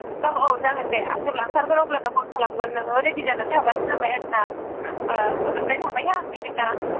औ औ जागोन दे आङो जेब्ला ओंखारगोन अब्लानो फन खालामगोन नोङो रेडि जानानै थाबानो जाबाय आरो ना ओं गोजोननाय थाबाय हा बिदिब्ला